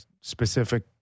specific